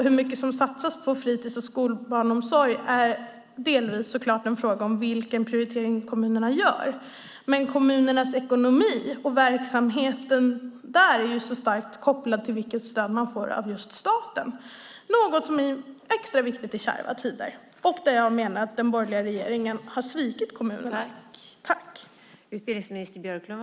Hur mycket som satsas på fritis och skolbarnsomsorg är så klart delvis en fråga om vilken prioritering kommunerna gör. Men kommunernas ekonomi och verksamheten där är så starkt kopplade till vilket stöd kommunerna får av staten, något som är extra viktigt i kärva tider. Jag menar att den borgerliga regeringen har svikit kommunerna.